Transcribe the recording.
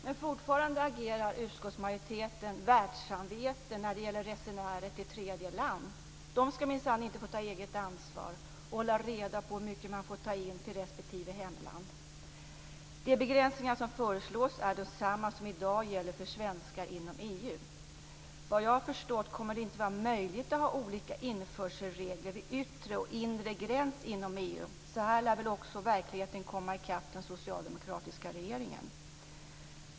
Men fortfarande agerar utskottsmajoriteten världssamvete i förhållande till resenärer till tredje land. De ska minsann inte få ta eget ansvar och hålla reda på hur mycket de får föra med sig till respektive hemland. De begränsningar som föreslås är desamma som i dag gäller för svenskar inom EU. Såvitt jag har förstått kommer det inte att vara möjligt att ha olika införselregler vid yttre och inre gräns inom EU, så också här lär väl verkligheten komma i kapp den socialdemokratiska regeringen.